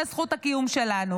זה זכות הקיום שלנו.